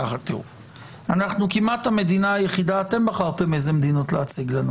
אנחנו כמעט המדינה היחידה אתם בחרתם איזה מדינות להציג לנו